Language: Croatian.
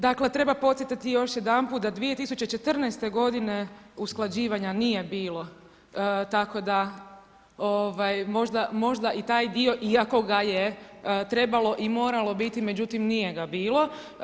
Dakle treba podsjetiti još jedanput da 2014. godine usklađivanja nije bilo, tako da možda i taj dio iako ga je trebalo i moralo biti, međutim nije ga bilo.